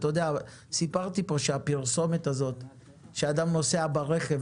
סיפרתי פה על הפרסומת שאדם נוסע ברכב,